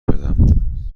شدم